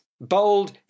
Bold